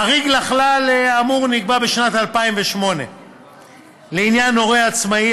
חריג לכלל האמור נקבע בשנת 2008 לעניין הורה עצמאי,